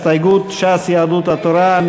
הסתייגות של ש"ס ויהדות התורה,